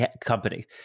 company